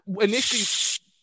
initially